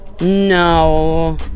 No